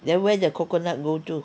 then where the coconut go to